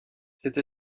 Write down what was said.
cette